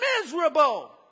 miserable